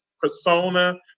persona